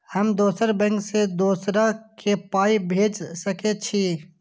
हम दोसर बैंक से दोसरा के पाय भेज सके छी?